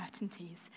uncertainties